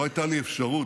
לא הייתה לי אפשרות,